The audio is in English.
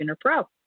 Pro